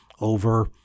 over